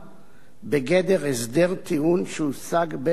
בגדר הסדר טיעון שהושג בין הצדדים